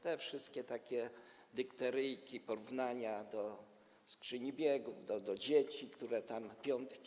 Te wszystkie takie dykteryjki, porównania do skrzyni biegów, do dzieci, które za piątki.